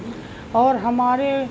اور ہمارے